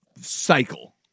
cycle